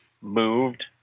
moved